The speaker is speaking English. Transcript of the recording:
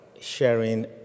sharing